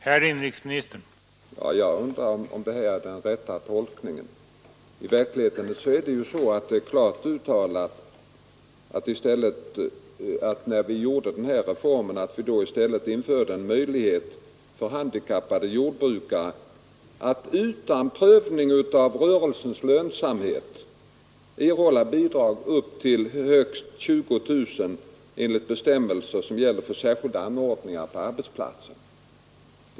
Herr talman! Jag undrar om detta är den rätta tolkningen. I verkligheten uttalades det klart när vi genomförde den här reformen att handikappade jordbrukare utan prövning av rörelsens lönsamhet skulle kunna erhålla bidrag på upp till högst 20000 kronor enligt de bestämmelser som gäller för särskilda anordningar på arbetsplatsen.